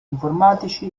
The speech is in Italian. informatici